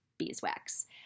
beeswax